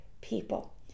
people